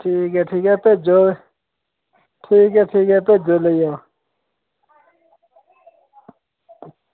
ठीक ऐ ठीक ऐ भेजो ठीक ऐ ठीक ऐ भेजो लेई जाओ